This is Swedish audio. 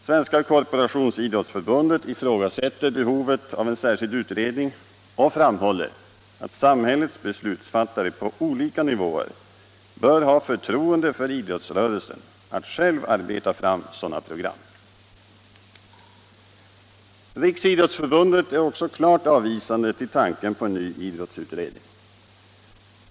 Svenska korporationsidrottsförbundet ifrågasätter behovet av en särskild utredning och framhåller att samhällets beslutsfattare på olika nivåer bör ha förtroende för idrottsrörelsen att själv arbeta fram sådana program. Riksidrottsförbundet är också klart avvisande till tanken på en ny idrottsutredning.